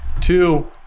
Two